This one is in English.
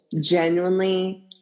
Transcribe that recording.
genuinely